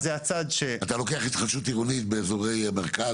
אתה לוקח התחדשות עירונית באזורי המרכז